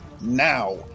now